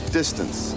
distance